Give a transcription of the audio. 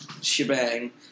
shebang